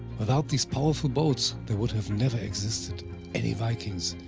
without these powerful boats, there would have never existed any vikings,